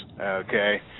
okay